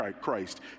Christ